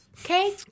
Okay